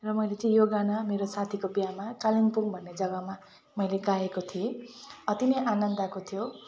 र मैले चाहिँ यो गाना मेरो साथीको बिहामा कालिम्पोङ भन्ने जगामा मैले गाएको थिएँ अति नै आनन्द आएको थियो